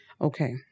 Okay